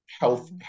health